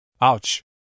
Ouch